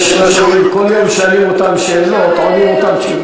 יש, שואלים אותן שאלות ועונים אותן תשובות.